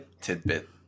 tidbit